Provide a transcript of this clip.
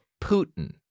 Putin